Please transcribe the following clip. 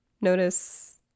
Notice